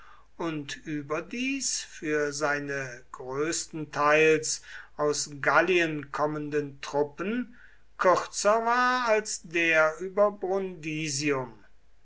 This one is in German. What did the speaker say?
und überdies für seine größtenteils aus gallien kommenden truppen kürzer war als der über